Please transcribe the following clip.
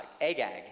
Agag